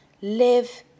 live